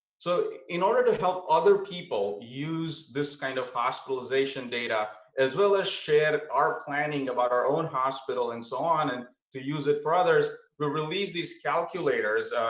so in order to help other people use this kind of hospitalization data as well as share our planning about our own hospital and so on and to use it for others, we released these calculators.